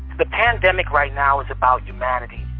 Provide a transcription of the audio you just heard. the pandemic right now is about humanity.